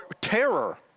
terror